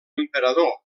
emperador